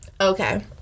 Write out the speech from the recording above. okay